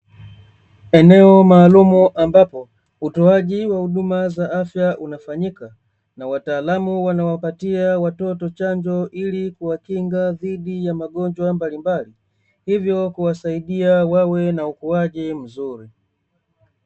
Eneo maalumu, ambapo utoaji wa huduma za afya unafanyika, na wataalamu wanawapatia watoto chanjo ili kuwakinga dhidi ya magonjwa mbalimbali, hivyo kuwasaidia wawe na ukuaji mzuri.